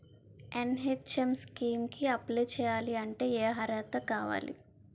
NHM scheme కి apply చేయాలి అంటే ఏ అర్హత కావాలి?